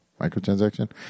microtransaction